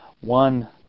one